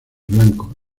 blanco